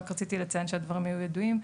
רק רציתי לציין שהדברים היו ידועים,